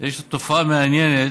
יש תופעה מעניינת